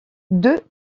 deux